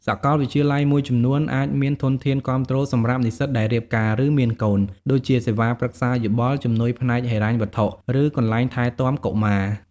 សាកលវិទ្យាល័យមួយចំនួនអាចមានធនធានគាំទ្រសម្រាប់និស្សិតដែលរៀបការ ឬមានកូន ដូចជាសេវាប្រឹក្សាយោបល់ ជំនួយផ្នែកហិរញ្ញវត្ថុ ឬកន្លែងថែទាំកុមារ។